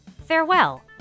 Farewell